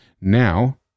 Now